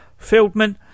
Fieldman